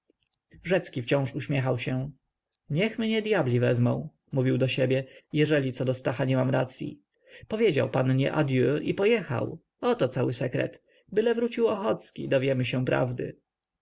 rzecki wciąż uśmiechał się niech mnie dyabli wezmą mówił do siebie jeżeli co do stacha nie mam racyi powiedział pannie adieu i pojechał oto cały sekret byle wrócił ochocki dowiemy się prawdy